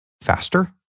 faster